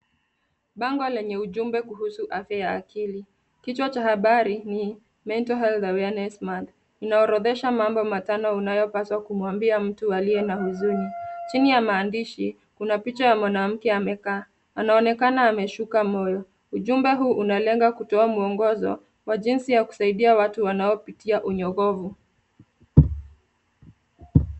Bango lenye ujumbe kuhusu afya ya akili. Kichwa cha habari ni mental health awareness month inaorodhesha mambo matano yanayopaswa kumwambia mtu aliye na huzuni. Chini ya maandishi kuna picha ya mwanamke amekaa. Anaonekana ameshuka moyo. Ujumbe huu unalenga kutoa maelezo kwa jinsi ya kusaidia watu wanaopitia unyogovu.